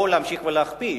או להמשיך להכפיש?